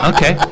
Okay